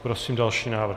Prosím další návrh.